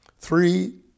three